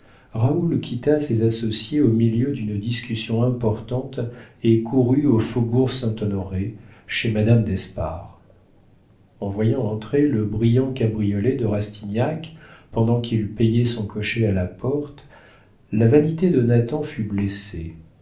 raoul quitta ses associés au milieu d'une discussion importante et courut au faubourg saint-honoré chez madame d'espard en voyant entrer le brillant cabriolet de rastignac pendant qu'il payait son cocher à la porte la vanité de nathan fut blessée